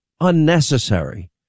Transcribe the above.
unnecessary